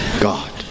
God